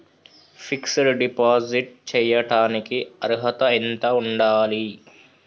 Fix డ్ deposit చేయటానికి అర్హత ఎంత ఉండాలి?